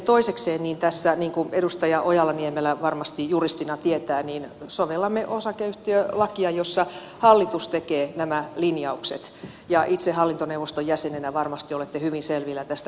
toisekseen tässä niin kuin edustaja ojala niemelä varmasti juristina tietää sovellamme osakeyhtiölakia jossa hallitus tekee nämä linjaukset ja itse hallintoneuvoston jäsenenä varmasti olette hyvin selvillä tästä työnjaosta